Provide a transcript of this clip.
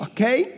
Okay